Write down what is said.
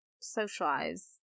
socialize